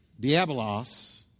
diabolos